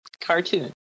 cartoon